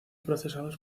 procesados